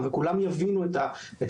וזה גם יעזור לצמצם את החובות,